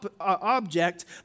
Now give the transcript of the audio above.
object